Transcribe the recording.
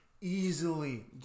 easily